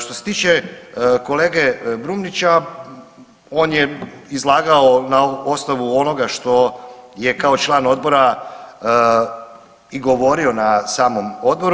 Što se tiče kolege Brumnića, on je izlagao na osnovu onoga što je kao član odbora i govorio na samom odboru.